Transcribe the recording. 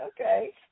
Okay